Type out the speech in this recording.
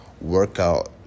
workout